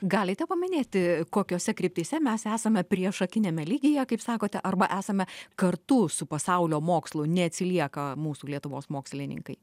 galite paminėti kokiose kryptyse mes esame priešakiniame lygyje kaip sakote arba esame kartu su pasaulio mokslu neatsilieka mūsų lietuvos mokslininkai